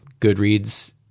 Goodreads